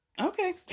okay